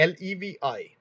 LEVI